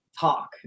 talk